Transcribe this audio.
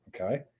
Okay